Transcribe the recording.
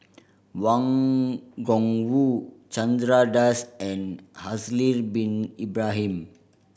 Wang Gungwu Chandra Das and Haslir Bin Ibrahim